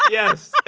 yes